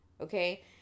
Okay